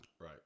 Right